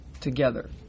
together